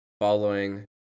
following